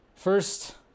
First